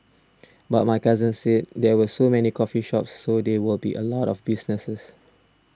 but my cousin said there were so many coffee shops so there would be a lot of businesses